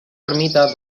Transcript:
ermita